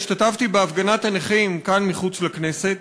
השתתפתי בהפגנת הנכים כאן מחוץ לכנסת.